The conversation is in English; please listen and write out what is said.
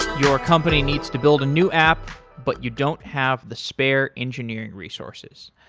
your company needs to build a new app, but you don't have the spare engineering resources.